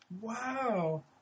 Wow